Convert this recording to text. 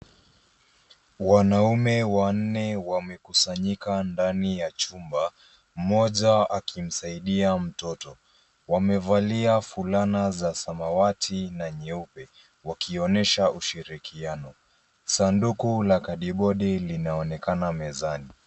Wanaume wanne wamekusanyika ndani ya chumba, mmoja akimsaidia mtoto. Wamevalia fulana za samawati na nyeupe wakionyesha ushirikiano. Sanduku la kadibodi linaonekana mezani .